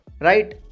right